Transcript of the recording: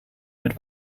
mit